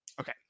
Okay